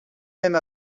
même